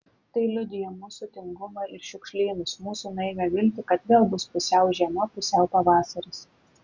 tai liudija mūsų tingumą ir šiukšlynus mūsų naivią viltį kad vėl bus pusiau žiema pusiau pavasaris